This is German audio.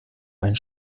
ein